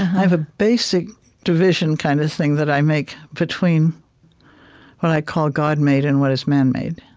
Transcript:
i have a basic division kind of thing that i make between what i call god-made and what is man-made.